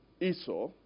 Esau